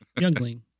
Youngling